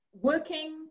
working